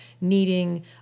needing